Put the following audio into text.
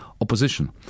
opposition